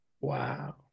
Wow